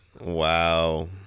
Wow